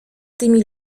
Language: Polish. tymi